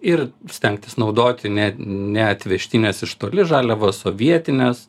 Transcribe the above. ir stengtis naudoti ne neatvežtines iš toli žaliavas o vietines